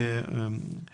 לפי הצורך.